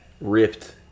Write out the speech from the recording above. ripped